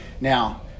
Now